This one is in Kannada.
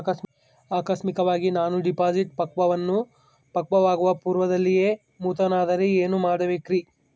ಆಕಸ್ಮಿಕವಾಗಿ ನಾನು ಡಿಪಾಸಿಟ್ ಪಕ್ವವಾಗುವ ಪೂರ್ವದಲ್ಲಿಯೇ ಮೃತನಾದರೆ ಏನು ಮಾಡಬೇಕ್ರಿ?